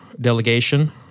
delegation